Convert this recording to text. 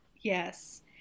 Yes